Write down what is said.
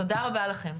תודה רבה לכם.